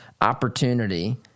opportunity